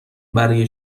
برای